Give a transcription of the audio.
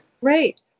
Great